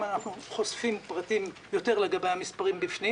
אנחנו חושפים יותר פרטים לגבי המספרים בפנים